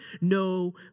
no